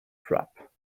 trap